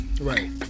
Right